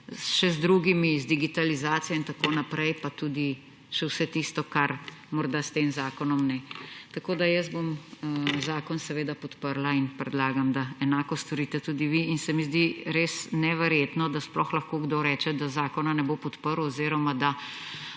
še z drugimi, z digitalizacijo in tako naprej pa tudi še vse tisto, kar morda s tem zakonom ne. Jaz bom zakon seveda podprla in predlagam, da enako storite tudi vi. In se mi zdi res neverjetno, da sploh lahko kdo reče, da zakona ne bo podprl oziroma da